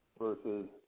versus